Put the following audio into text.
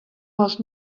was